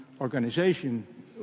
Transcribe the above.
organization